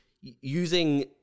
using